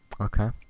Okay